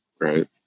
Right